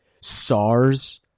SARS